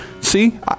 See